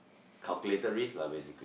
calculator risk lah basically